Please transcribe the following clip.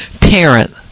parent